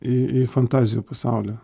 į į fantazijų pasaulį